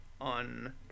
on